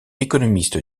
économiste